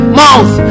mouth